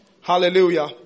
Hallelujah